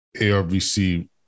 ARVC